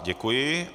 Děkuji.